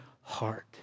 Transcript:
heart